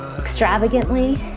extravagantly